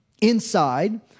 Inside